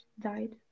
died